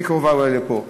הכי קרוב לפה.